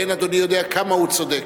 ואין אדוני יודע כמה הוא צודק.